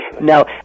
Now